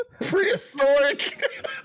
Prehistoric